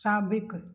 साबिक़ु